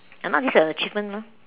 ya lor this is an achievements lor